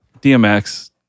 DMX